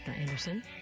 Anderson